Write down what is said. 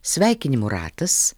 sveikinimų ratas